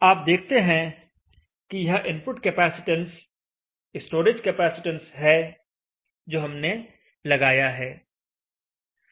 आप देखते हैं कि यह इनपुट कैपेसिटेंस स्टोरेज कैपेसिटेंस है जो हमने लगाया है